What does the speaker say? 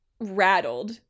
rattled